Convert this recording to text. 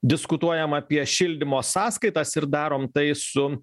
diskutuojam apie šildymo sąskaitas ir darom tai su